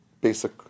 basic